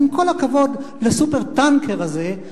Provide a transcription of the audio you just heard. אז עם כל הכבוד ל"סופר-טנקר" הזה,